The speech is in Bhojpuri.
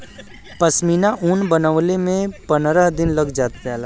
पश्मीना ऊन बनवले में पनरह दिन तक लग जाला